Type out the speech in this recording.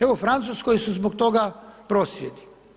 Evo u Francuskoj su zbog toga prosvjedi.